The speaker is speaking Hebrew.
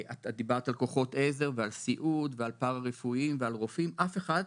דיברת על כוחות עזר ועל סיעוד ועל פארא-רפואיים ועל רופאים אף אחד,